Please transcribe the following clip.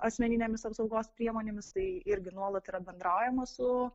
asmeninėmis apsaugos priemonėmis tai irgi nuolat yra bendraujama su